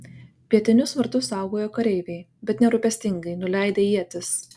pietinius vartus saugojo kareiviai bet nerūpestingai nuleidę ietis